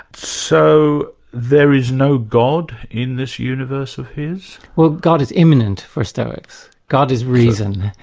so there is no god in this universe of his? well god is immanent for stoics god is reason.